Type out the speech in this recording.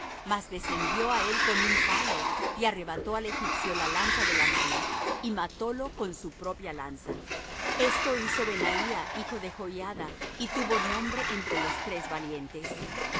mas descendió á él con un palo y arrebató al egipcio la lanza de la mano y matólo con su propia lanza esto hizo benaía hijo de joiada y tuvo nombre entre los tres valientes